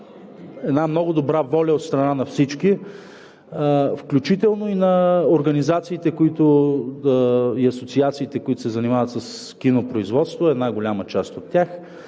една много добра воля от страна на всички, включително и на организациите и асоциациите, които се занимават с кинопроизводство – една голяма част от тях,